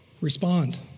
Respond